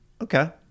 Okay